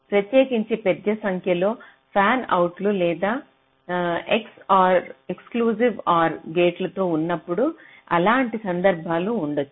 ప్రత్యేకించి పెద్ద సంఖ్యలో ఫ్యాన్ అవుట్లు లేదా ఎక్స్ క్లూజివ్ OR గేట్లతో ఉన్నప్పుడు అలాంటి సందర్భాలు ఉండొచ్చు